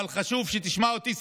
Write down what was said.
אבל חשוב שתשמע אותי,